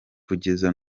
kugeza